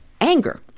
anger